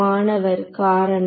மாணவர் காரணம்